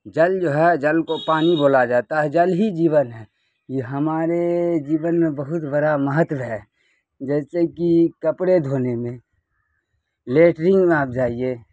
جل جو ہے جل کو پانی بولا جاتا ہے جل ہی جیون ہے یہ ہمارے جیون میں بہت بڑا مہتو ہے جیسے کہ کپڑے دھونے میں لیٹرنگ میں آپ جائیے